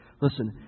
Listen